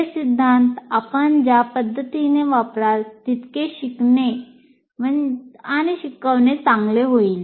हे सिद्धांत आपण ज्या पद्धतीने वापराल तितके शिकणे चांगले होईल